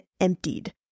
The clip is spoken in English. emptied